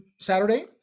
Saturday